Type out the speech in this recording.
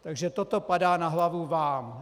Takže toto padá na hlavu vám.